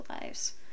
lives